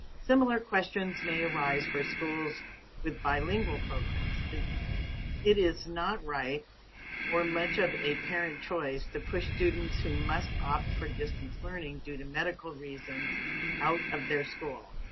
similar questions may arise for schools with bilingual programs. it is not right or much of a parent choice to push students who must opt for distance learning due to medical reasons out of their school.